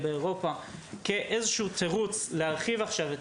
הדבר הקשה הוא שיש רק 5-6 מתקנים כאלה בעולם.